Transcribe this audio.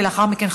ולאחר מכן,